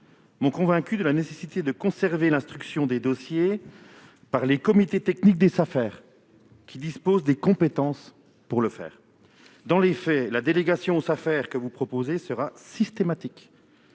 m'ont convaincu de la nécessité de conserver l'instruction des dossiers par les comités techniques des Safer, qui disposent des compétences pour ce faire. Dans les faits, ma chère collègue, la délégation aux Safer que vous proposez sera systématique.